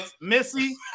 Missy